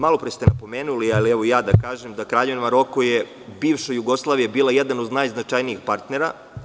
Malopre ste napomenuli, ali evo i ja da kažem da je Kraljevina Maroko bivšoj Jugoslaviji bila jedan od najznačajnijih partnera.